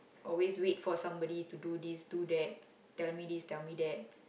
always wait for somebody to do this do that tell me this tell me that